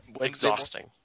exhausting